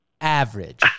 average